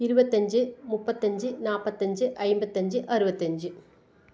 இருபத்தஞ்சு முப்பத்தஞ்சு நாற்பத்தஞ்சு ஐம்பத்தஞ்சு அறுபத்தஞ்சு